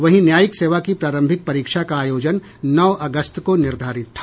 वहीं न्यायिक सेवा की प्रारंभिक परीक्षा का आयोजन नौ अगस्त को निर्धारित था